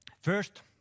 First